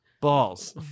Balls